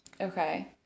Okay